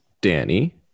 Danny